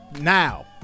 now